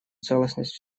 целостность